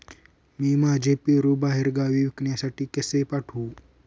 मी माझे पेरू बाहेरगावी विकण्यासाठी कसे पाठवू?